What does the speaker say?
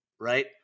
right